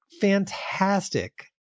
fantastic